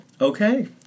Okay